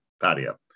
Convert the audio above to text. patio